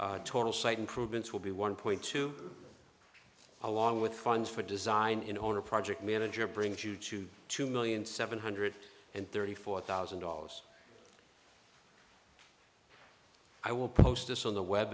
total site improvements will be one point two along with funds for design in owner project manager brings you to two million seven hundred and thirty four thousand dollars i will post this on the web